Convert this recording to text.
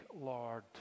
Lord